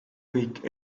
kõik